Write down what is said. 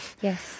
Yes